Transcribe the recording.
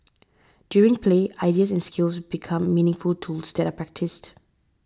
during play ideas and skills become meaningful tools that are practised